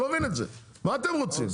אני לא מבין את זה, מה אתם רוצים?